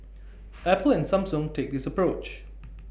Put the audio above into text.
Apple and Samsung take this approach